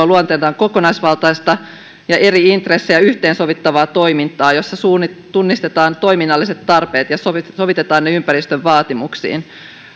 luonteeltaan kokonaisvaltaista ja eri intressejä yhteensovittavaa toimintaa jossa tunnistetaan toiminnalliset tarpeet ja sovitetaan ne ympäristön vaatimuksiin